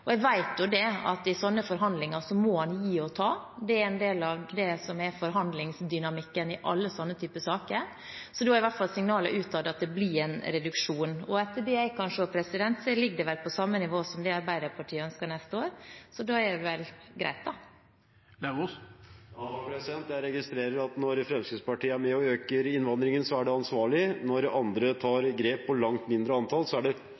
er jeg veldig glad for. Jeg vet jo at i sånne forhandlinger må en gi og ta. Det er en del av det som er forhandlingsdynamikken i alle sånne typer saker. Da er signalet utad at det blir en reduksjon. Etter det jeg kan se, ligger det vel på det samme nivået som Arbeiderpartiet ønsker for neste år, så da er det vel greit? Jeg registrerer at når Fremskrittspartiet er med og øker innvandringen, er det ansvarlig. Når andre tar grep, og det er et langt mindre antall, er det